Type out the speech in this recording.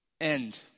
end